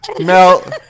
Mel